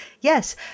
yes